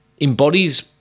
embodies